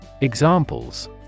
Examples